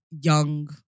young